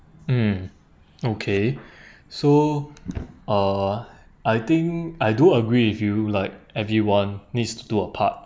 mm okay so uh I think I do agree with you like everyone needs to do a part